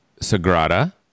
Sagrada